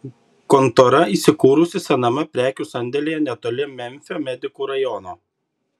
kontora įsikūrusi sename prekių sandėlyje netoli memfio medikų rajono